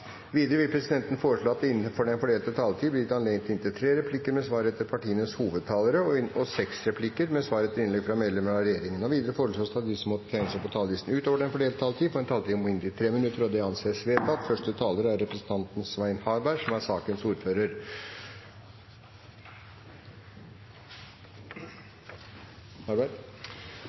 Videre vil presidenten foreslå at det – innenfor den fordelte taletid – blir gitt anledning til inntil tre replikker med svar etter innlegg fra partienes hovedtalere og seks replikker med svar etter innlegg fra medlemmer av regjeringen. Videre foreslås det at de som måtte tegne seg på talerlisten utover den fordelte taletid, får en taletid på inntil 3 minutter. – Det anses vedtatt. I dag passer det vel å starte med det velkjente munnhellet: Det er